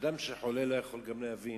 אדם שחולה לא יכול גם להבין,